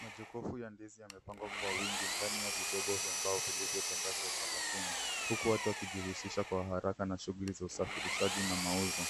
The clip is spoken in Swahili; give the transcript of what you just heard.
Majokofu ya ndizi yamepangwa kwa wingi ndani ya vidogo vya mbao vilivyotandazwa sakafuni, huku watu wakijihusisha kwa haraka na shughuli za usafirishaji na mauzo.